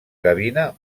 gavina